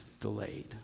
delayed